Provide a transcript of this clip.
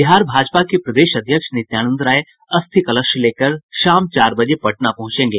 बिहार भाजपा के प्रदेश अध्यक्ष नित्यानंद राय अस्थि कलश लेकर शाम चार बजे पटना पहुंचेंगे